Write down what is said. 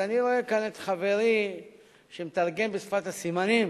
אז אני רואה כאן את חברי שמתרגם לשפת הסימנים,